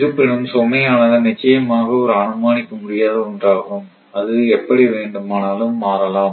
இருப்பினும் சுமையானது நிச்சயமாக ஒரு அனுமானிக்க முடியாத ஒன்றாகும் அது எப்படி வேண்டுமானாலும் மாறலாம்